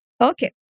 Okay